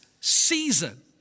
season